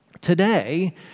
Today